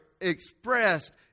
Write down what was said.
expressed